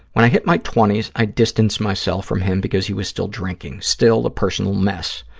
when i hit my twenty s, i distanced myself from him because he was still drinking, still a personal mess.